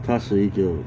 她是一个